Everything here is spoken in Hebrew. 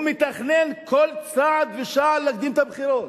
הוא מתכנן על כל צעד ושעל להקדים את הבחירות